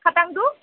খাটাংটো